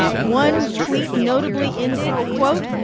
ah one tweet notably ended, quote,